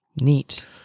Neat